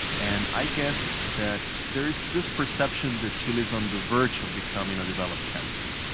and i guess that there's this perception that chile is on the verge of becoming a developed country.